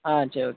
ஆ சரி ஓகே